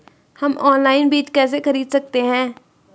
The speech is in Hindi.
हम ऑनलाइन बीज कैसे खरीद सकते हैं?